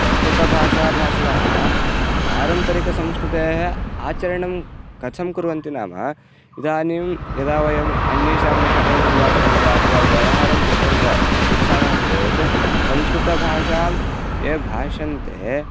संस्कृतभाषाभाषिणः पारम्परिकसंस्कृतेः आचरणं कथं कुर्वन्ति नाम इदानीं यदा वयम् अन्येषां निकटे सम्भाषणं वा अथवा व्यवहारं कर्तुं वा इच्छामः चेत् संस्कृतभाषां ये भाष्यन्ते